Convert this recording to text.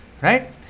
Right